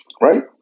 right